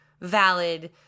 valid